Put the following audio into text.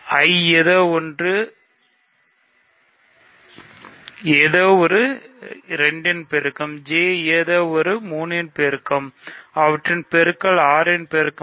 I ஏதோ ஒன்று 2 இன் பெருக்கம் J ல் ஏதோ 3 இன் பெருக்கம் அவற்றின் பெருக்கல் 6 இன் பெருக்கம்